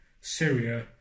syria